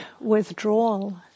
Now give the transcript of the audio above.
withdrawal